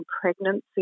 pregnancy